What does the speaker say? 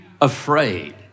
afraid